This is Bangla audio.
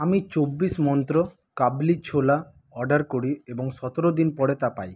আমি চব্বিশ মন্ত্র কাবলি ছোলা অর্ডার করি এবং সতেরো দিন পরে তা পাই